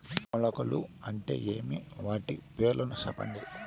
మొలకలు అంటే ఏమి? వాటి పేర్లు సెప్పండి?